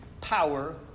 power